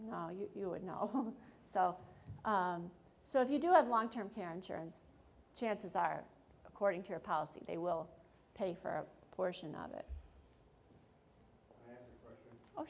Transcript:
it you would know home so so if you do have long term care insurance chances are according to your policy they will pay for portion of it oh